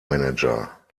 manager